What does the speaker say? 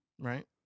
Right